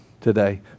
today